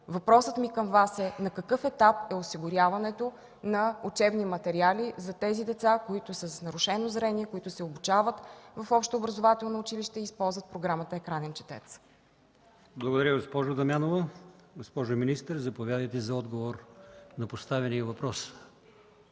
Въпросът ми към Вас е: на какъв етап е осигуряването на учебни материали за тези деца, които са с нарушено зрение, които се обучават в общообразователни училища и използват Програмата „Екранен четец”? ПРЕДСЕДАТЕЛ АЛИОСМАН ИМАМОВ: Благодаря, госпожо Дамянова. Госпожо министър, заповядайте за отговор на поставения въпрос.